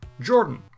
Jordan